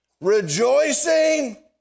Rejoicing